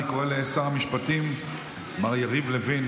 אני קורא לשר המשפטים מר יריב לוין,